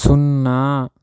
సున్నా